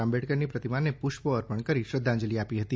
આંબેડકરની પ્રતિમાને પુષ્પો અર્પણ કરી અંજલિ આપી હતી